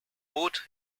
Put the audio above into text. both